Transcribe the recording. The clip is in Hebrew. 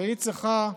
היא צריכה חוק-יסוד: